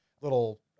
little